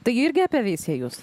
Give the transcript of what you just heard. tai irgi apie veisiejus